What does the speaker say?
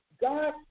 God